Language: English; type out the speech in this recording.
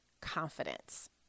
confidence